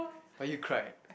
but you cried